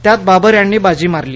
त्यात बाबर यांनी बाजी मारली